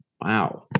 Wow